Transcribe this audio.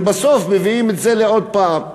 ובסוף מביאים את זה עוד הפעם.